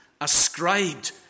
ascribed